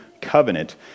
covenant